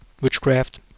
witchcraft